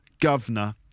Governor